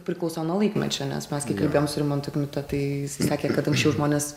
priklauso nuo laikmečio nes mes kai kalbėjom su rimantu kmita tai sakė kad anksčiau žmonės